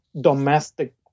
domestic